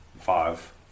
five